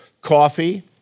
coffee